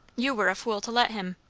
you were a fool to let him.